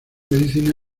medicina